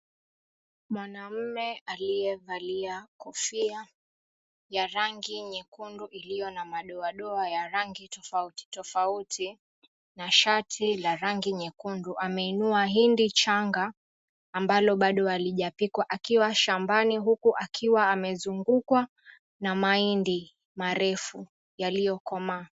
Mwanamume aliyevalia kofia ya rangi nyekundu iliyo na madoadoa ya rangi tofauti tofauti, na shati la rangi nyekundu, ameinua hindi changa ambalo bado halijapikwa akiwa shambani, huku akiwa amezungukwa na mahindi marefu yaliyokomaa.